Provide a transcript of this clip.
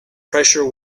pressure